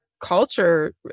culture